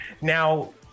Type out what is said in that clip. Now